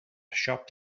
siop